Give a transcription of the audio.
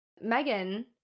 Megan